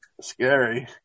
Scary